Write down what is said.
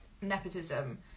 nepotism